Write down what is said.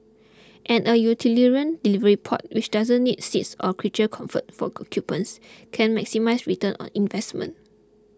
and a utilitarian delivery pod which doesn't need seats or creature comforts for occupants can maximise return on investment